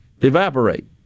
evaporate